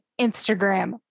Instagram